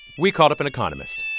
we called up an economist